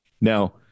Now